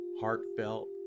heartfelt